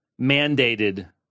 mandated